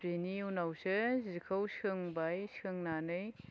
बेनि उनावसो जिखौ सोंबाय सोंनानै